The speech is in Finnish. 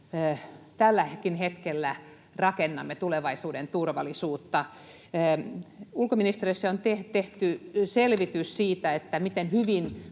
tälläkin hetkellä rakennamme tulevaisuuden turvallisuutta. Ulkoministeriössä on tehty selvitys siitä, miten hyvin